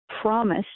promise